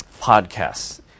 podcasts